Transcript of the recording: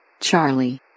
Charlie